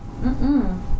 Mm-mm